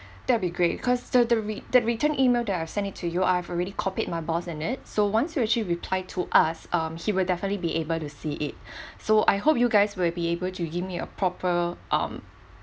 that will be great cause the the re the return email that I send it to you I've already copied my boss in it so once you actually replied to us um he will definitely be able to see it so I hope you guys will be able to give me a proper um